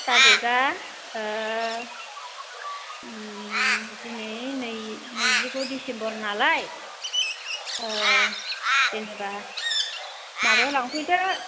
थारिखआ ओह उम दिनै नै नैजिगु डिसिम्बर नालाय ओह जेनेबा माबायाव लांफैदो